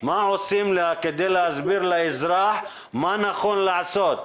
מה עושים כדי להסביר לאזרח מה נכון לעשות?